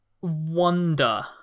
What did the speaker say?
wonder